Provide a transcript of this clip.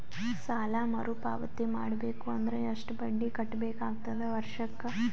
ಸಾಲಾ ಮರು ಪಾವತಿ ಮಾಡಬೇಕು ಅಂದ್ರ ಎಷ್ಟ ಬಡ್ಡಿ ಕಟ್ಟಬೇಕಾಗತದ ವರ್ಷಕ್ಕ?